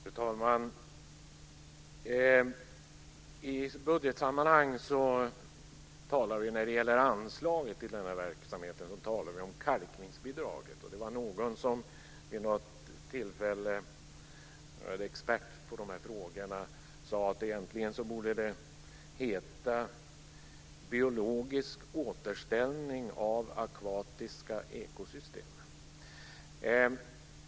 Fru talman! I budgetsammanhang talar vi när det gäller anslaget till denna verksamhet om kalkningsbidraget. Det var någon - det var en expert på dessa frågor - som vid något tillfälle sade att det egentligen borde heta biologisk återställning av akvatiska ekosystem.